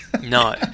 No